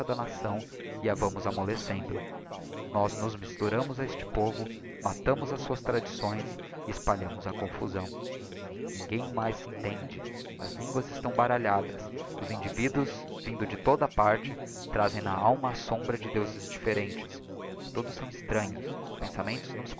nação e a vamos amollecendo nós nos misturamos a este povo matamos as suas tradições e espalhamos a confusão ninguém mais se entende as línguas estão baralhadas individ aos vindos de toda a parte trazem na alma a sombra de deuses diíterentes todos são extranhos os pensamentos não